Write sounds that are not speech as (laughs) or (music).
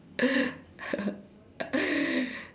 (laughs)